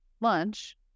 lunch